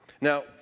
Now